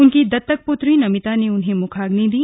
उनकी दत्तक प्त्री नमिता ने उन्हें मुखाग्नि दी